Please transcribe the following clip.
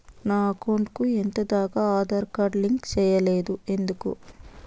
నా అకౌంట్ కు ఎంత దాకా ఆధార్ కార్డు లింకు సేయలేదు ఎందుకు